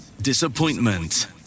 disappointment